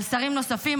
על שרים נוספים,